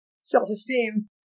self-esteem